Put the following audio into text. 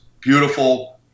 beautiful